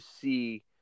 see